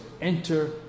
enter